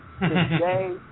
Today